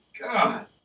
God